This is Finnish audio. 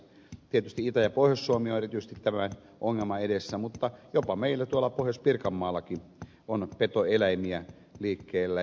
tietysti itä ja pohjois suomi on erityisesti tämän ongelman edessä mutta jopa meillä tuolla pohjois pirkanmaallakin on petoeläimiä liikkeellä